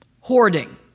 Hoarding